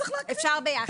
אפשר ביחד.